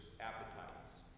appetites